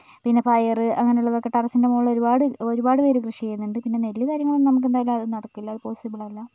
പിന്നെ പയറ് അങ്ങനുള്ളതൊക്കെ ടെറസിൻ്റെ മുകളിൽ ഒരുപാട് ഒരുപാട് പേർ കൃഷി ചെയ്യുന്നുണ്ട് പിന്നെ നെല്ല് കാര്യങ്ങളൊന്നും നമുക്കെന്തായാലും അതൊന്നും നടക്കില്ല അത് പോസ്സിബിളല്ല